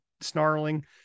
snarling